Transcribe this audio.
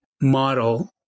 model